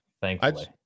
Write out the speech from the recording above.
Thankfully